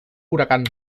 huracán